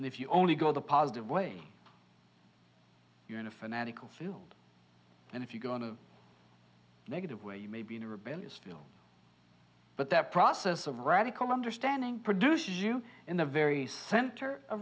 and if you only go the positive way you're in a fanatical field and if you're going to lead the way you may be in a rebellious field but that process of radical understanding produces you in the very center